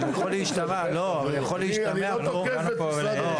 אבל זה יכול להשתמע פה --- אני לא תוקף את משרד המשפטים.